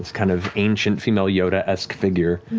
this kind of ancient, female-yoda-esque figure,